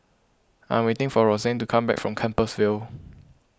I'm waiting for Rosanne to come back from Compassvale